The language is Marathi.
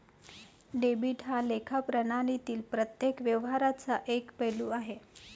डेबिट हा लेखा प्रणालीतील प्रत्येक व्यवहाराचा एक पैलू आहे